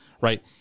right